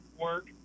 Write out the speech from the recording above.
work